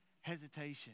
hesitation